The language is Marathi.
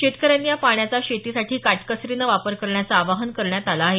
शेतकऱ्यांनी या पाण्याचा शेतीसाठी काटकसरीनं वापर करण्याचं आवाहन करण्यात आलं आहे